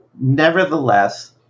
Nevertheless